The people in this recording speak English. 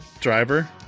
driver